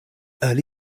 early